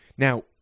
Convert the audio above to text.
Now